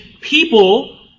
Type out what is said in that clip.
people